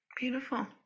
Beautiful